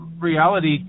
reality